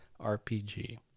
RPG